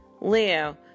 Leo